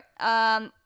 right